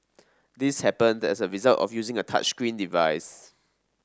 this happened as a result of using a touchscreen device